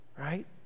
right